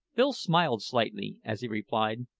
bill smiled slightly as he replied,